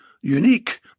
unique